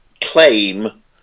claim